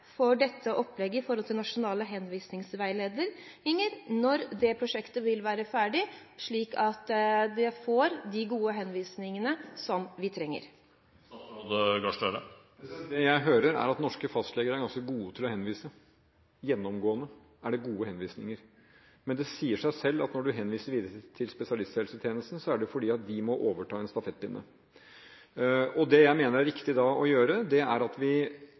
når dette prosjektet vil være ferdig, slik at de henvisningene som trengs, blir gode. Det jeg hører, er at norske fastleger er ganske gode til å henvise – gjennomgående er det gode henvisninger. Men det sier seg selv at når en henviser videre til spesialisthelsetjenesten, er det fordi den må overta en stafettpinne. Det jeg mener det da er viktig å gjøre, er å utarbeide slike veiledere som kan bidra til en type standardisering og veiledning for hvordan man tar det